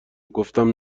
گفتم